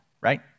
right